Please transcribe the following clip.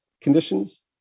conditions